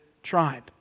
tribe